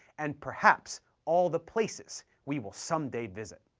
and perhaps all the places we will some day visit.